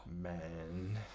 man